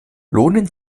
lohnen